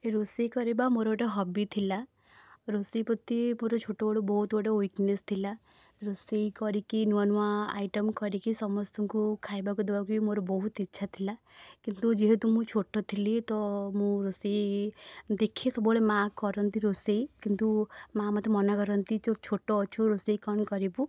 ରୋଷେଇ କରିବା ମୋର ଗୋଟେ ହବି ଥିଲା ରୋଷେଇ ପ୍ରତି ମୋର ଛୋଟବେଳୁ ବୋହୁତ ଗୋଟେ ଉଇକନେସ୍ ଥିଲା ରୋଷେଇ କରିକି ନୂଆ ନୂଆ ଆଇଟମ୍ କରିକି ସମସ୍ତଙ୍କୁ ଖାଇବାକୁ ଦେବାକୁ ବି ମୋର ବହୁତ ଇଚ୍ଛା ଥିଲା କିନ୍ତୁ ମୁଁ ଯେହେତୁ ବହୁତ ଛୋଟ ଥିଲି ତ ମୁଁ ରୋଷେଇ ଦେଖେ ସବୁବେଳେ ମା' କରନ୍ତି ରୋଷେଇ କିନ୍ତୁ ମାଆ ମୋତେ ମନା କରନ୍ତି ତୁ ଛୋଟ ଅଛୁ ରୋଷେଇ କରିବୁ କ'ଣ କରିବୁ